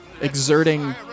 exerting